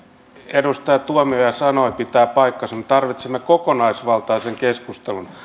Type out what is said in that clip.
edustaja tuomioja sanoi pitää paikkansa me tarvitsemme kokonaisvaltaisen keskustelun